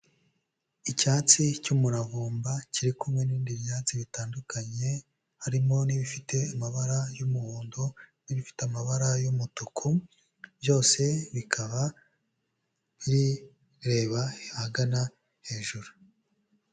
Icyatsi cy'umuravumba kiri kumwe n'ibindi byatsi bitandukanye, harimo n'ibifite amabara y'umuhondo n'ibifite amabara y'umutuku byose bikaba bireba ahagana hejuru.